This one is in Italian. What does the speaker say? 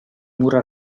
mura